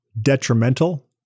detrimental